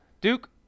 Duke